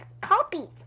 copies